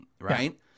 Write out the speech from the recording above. right